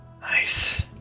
Nice